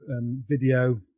video